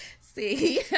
See